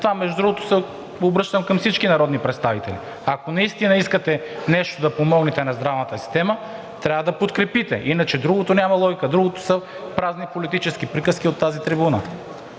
момента. Между другото, обръщам се към всички народни представители, ако наистина искате нещо да помогнете на здравната система, трябва да подкрепите, иначе другото няма логика, празни политически приказки са от тази трибуна.